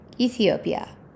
Ethiopia